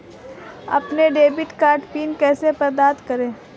अपना debit card pin कैसे प्राप्त करें?